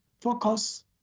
focus